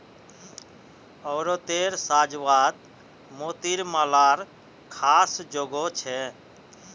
औरतेर साज्वात मोतिर मालार ख़ास जोगो छे